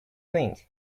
thing